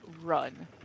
run